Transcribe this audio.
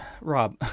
Rob